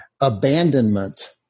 abandonment